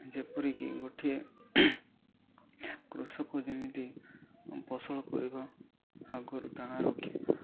ଯେପରିକି ଗୋଟିଏ କୃଷକ ଯେମିତି ଫସଲ କରିବା ଆଗରୁ ତା'ର